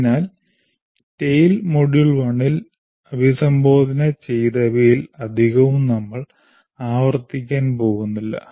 അതിനാൽ TALE module 1 ൽ അഭിസംബോധന ചെയ്തവയിൽ അധികവും നമ്മൾ ആവർത്തിക്കാൻ പോകുന്നില്ല